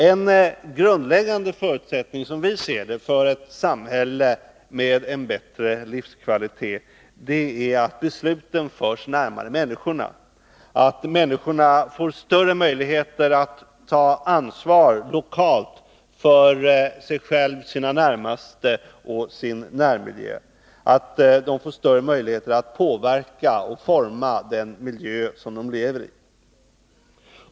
En grundläggande förutsättning, som vi ser det, för ett samhälle med en bättre livskvalitet är att besluten förs närmare människorna, att människor får större möjligheter att ta ansvar lokalt för sig själva, sina närmaste och sin närmiljö, att människorna får större möjligheter att påverka och forma den miljö som de lever i.